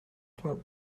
flap